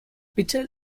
bitte